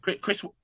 Chris